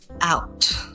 out